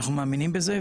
אנחנו מאמינים בזה,